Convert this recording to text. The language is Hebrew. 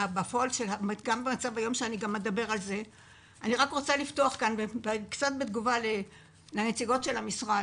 אני רוצה להגיב לדברי נציגות המשרד.